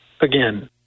Again